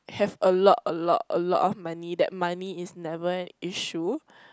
have a lot a lot a lot of money that money is never an issue